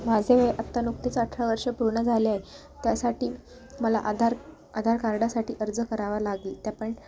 माझे वय आत्ता नुकतेच अठरा वर्ष पूर्ण झाले आहे त्यासाठी मला आधार आधार कार्डासाठी अर्ज करावा लागेल त्या पण